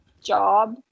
job